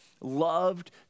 loved